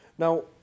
Now